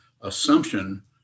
assumption